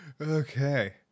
Okay